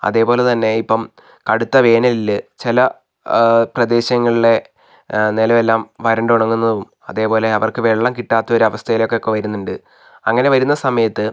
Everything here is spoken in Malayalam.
അതേപോലെ തന്നെ ഇപ്പം കടുത്ത വേനലില് ചില പ്രദേശങ്ങളിലെ നിലം എല്ലാം വരണ്ട് ഉണങ്ങുന്നതും അതേപോലെ അവർക്ക് വെള്ളം കിട്ടാത്ത ഒരു അവസ്ഥയിലൊക്കെ ഒക്കെ വരുന്നുണ്ട് അങ്ങനെ വരുന്ന സമയത്ത്